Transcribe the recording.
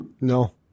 No